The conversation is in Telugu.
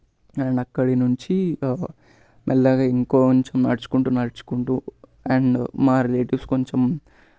అండ్ అక్కడ నుంచి మెల్లగా ఇంకొంచెం నడుచుకుంటు నడుచుకుంటు అండ్ మా రిలేటివ్స్ కొంచెం